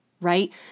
right